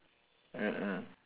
mm mm